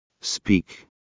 Speak